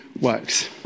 works